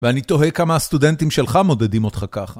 ואני תוהה כמה הסטודנטים שלך מודדים אותך ככה.